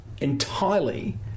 entirely